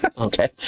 Okay